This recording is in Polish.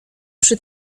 przy